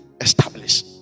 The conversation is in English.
establish